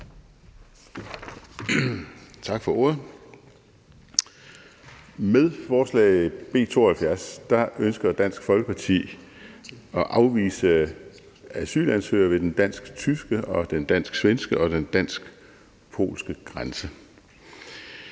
Tak for ordet. Med forslag B 72 ønsker Dansk Folkeparti at afvise asylansøgere ved den dansk-tyske og den dansk-svenske og den dansk-polske grænse.